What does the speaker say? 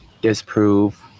Disprove